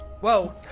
Whoa